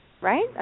right